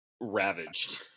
ravaged